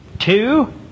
Two